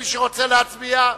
מי שרוצה להצביע,